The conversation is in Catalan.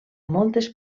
moltes